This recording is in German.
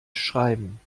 schreiben